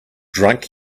drunk